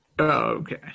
Okay